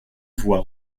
voie